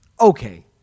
Okay